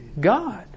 God